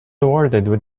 awarded